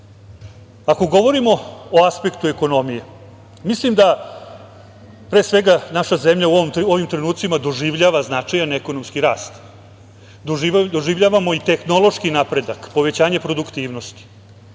Ako govorimo o aspektu ekonomije, mislim da pre svega naša zemlja u ovim trenucima doživljava značajan ekonomski rast. Doživljavamo i tehnološki napredak, povećanje produktivnosti.